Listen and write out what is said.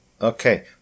okay